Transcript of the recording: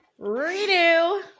Redo